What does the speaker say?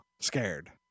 scared